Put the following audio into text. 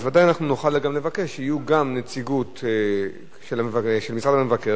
אז ודאי אנחנו נוכל גם לבקש שתהיה גם נציגות של משרד המבקר